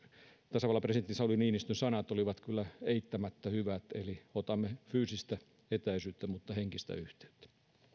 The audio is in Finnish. tasavallan presidentti sauli niinistön sanat olivat kyllä eittämättä hyvät eli otamme fyysistä etäisyyttä mutta henkistä yhteyttä